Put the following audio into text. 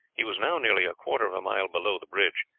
he was now nearly a quarter of a mile below the bridge.